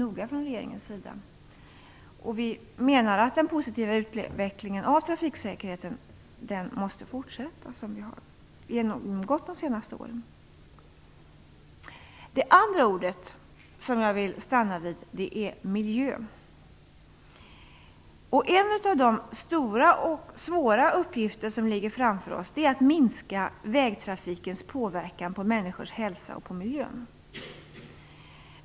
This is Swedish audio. Vi menar att den positiva utveckling av trafiksäkerheten som vi under de senaste åren har fått måste fortsätta. Det andra ord som jag ville stanna vid var ordet miljö. En av de stora och svåra uppgifter som ligger framför oss är att minska vägtrafikens påverkan på människors hälsa och på miljön.